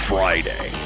Friday